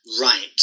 right